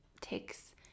takes